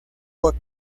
bot